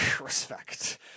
Respect